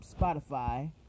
Spotify